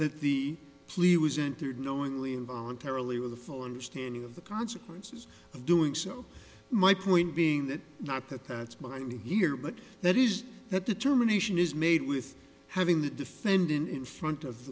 that the plea was entered knowingly in voluntarily with a full understanding of the consequences of doing so my point being that not that that's mind here but that is that determination is made with having the defendant in front of